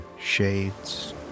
shades